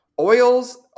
oils